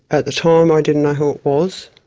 at the time i didn't know who it was.